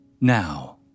Now